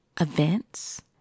events